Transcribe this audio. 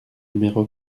numéro